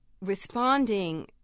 responding